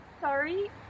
sorry